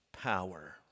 power